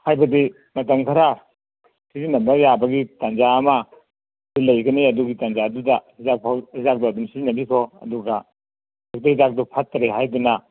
ꯍꯥꯏꯕꯗꯤ ꯃꯇꯝ ꯈꯔ ꯁꯤꯖꯤꯟꯅꯕ ꯌꯥꯕꯒꯤ ꯇꯥꯟꯖꯥ ꯑꯃ ꯂꯩꯒꯅꯤ ꯑꯗꯨꯒꯤ ꯇꯟꯖꯥꯗꯨꯗ ꯍꯤꯗꯥꯛꯇꯨ ꯑꯗꯨꯝ ꯁꯤꯖꯤꯟꯅꯕꯤꯈꯣ ꯑꯗꯨꯒ ꯍꯦꯛꯇ ꯍꯤꯗꯥꯛꯇꯨ ꯐꯠꯇ꯭ꯔꯦ ꯍꯥꯏꯗꯨꯅ